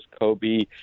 Kobe